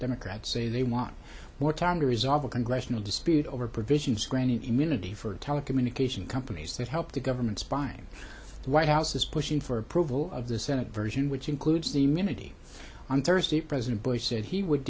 democrats say they want more time to resolve a congressional dispute over provisions granted immunity for telecommunications companies that helped the government spying the white house is pushing for approval of the senate version which includes the minute on thursday president bush said he would